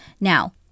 Now